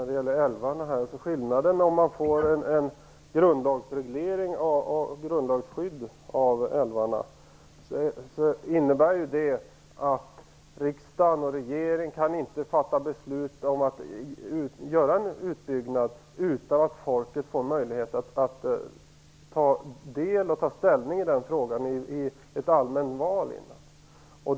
Herr talman! Ett grundlagsskydd av älvarna innebär att riksdagen och regeringen inte kan fatta beslut om att göra en utbyggnad utan att folket får möjlighet att ta ställning i denna fråga i ett allmänt val.